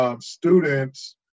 students